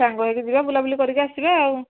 ସାଙ୍ଗହେଇକି ଯିବା ବୁଲାବୁଲି କରିକି ଆସିବା ଆଉ